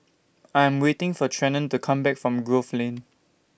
I Am waiting For Trenton to Come Back from Grove Lane